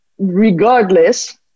regardless